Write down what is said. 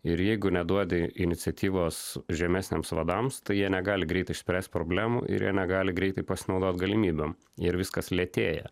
ir jeigu neduodi iniciatyvos žemesniems vadams tai jie negali greitai išspręst problemų ir jie negali greitai pasinaudot galimybėm ir viskas lėtėja